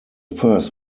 first